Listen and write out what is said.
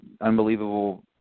Unbelievable